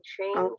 change